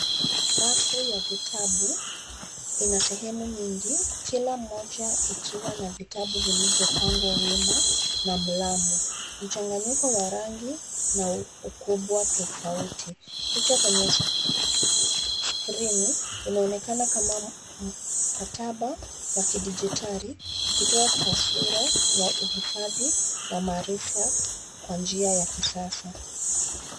Rafu ya vitabu ina sehemu nyingi kila moja ikiwa na vitabu vilivyopangwa wima na mrama, mchanganyiko wa rangi na ukubwa tofauti. Picha kwenye skrini inaonekana kama mkataba wa kidijitali ikitoa taswira ya uhifadhi wa maarifa kwa njia ya kisasa.